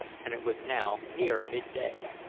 and it was now near midday.